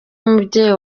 umubyeyi